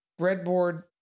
breadboard